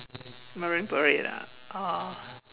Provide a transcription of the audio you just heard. Marine Parade lah oh